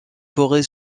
forêt